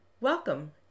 Welcome